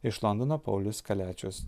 iš londono paulius kaliačius